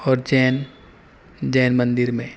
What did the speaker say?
اور جین جین مندر میں